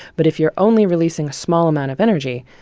but if you're only releasing a small amount of energy,